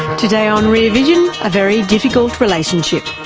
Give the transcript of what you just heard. today on rear vision, a very difficult relationship.